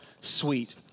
sweet